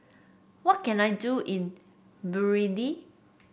what can I do in Burundi